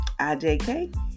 IJK